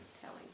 telling